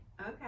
okay